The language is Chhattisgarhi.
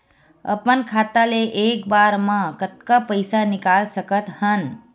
अपन खाता ले एक बार मा कतका पईसा निकाल सकत हन?